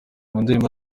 ndirimbo